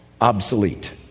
obsolete